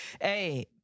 Hey—